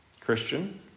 Christian